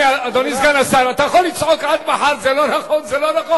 זה לא נכון.